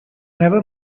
never